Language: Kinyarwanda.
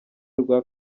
rwa